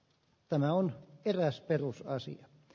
tämä on eräs perusasia